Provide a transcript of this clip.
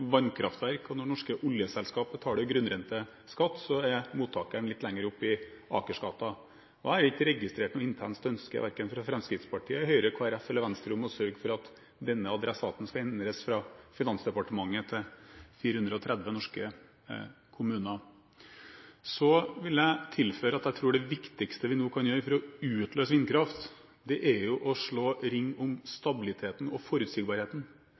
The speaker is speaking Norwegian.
vannkraftverk og norske oljeselskap betaler grunnrenteskatt, er mottakeren litt lenger oppe i Akersgata. Jeg har ikke registrert noe intenst ønske, verken fra Fremskrittspartiet, Høyre, Kristelig Folkeparti eller Venstre om å sørge for at denne adressaten skal endres fra Finansdepartementet til 430 norske kommuner. Jeg vil tilføye at jeg tror det viktigste vi nå kan gjøre for å utløse vindkraft, er å slå ring om stabiliteten og forutsigbarheten.